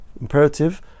imperative